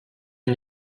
une